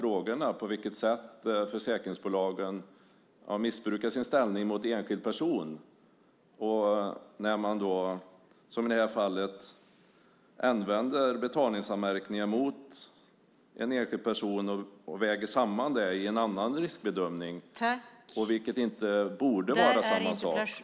Det handlar om på vilket sätt försäkringsbolagen har missbrukat sin ställning mot enskild person när man som i det här fallet använder betalningsanmärkningar mot en enskild person och väger samman det i en annan riskbedömning. Det borde inte vara samma sak. Jag menar att det är snudd på diskriminering.